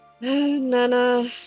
Nana